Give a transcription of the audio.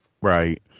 Right